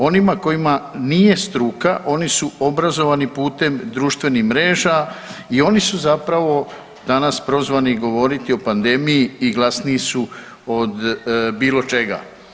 Onima kojima nije struka oni su obrazovani putem društvenih mreža i oni su zapravo danas prozvani govoriti o pandemiji i glasniji su od bilo čega.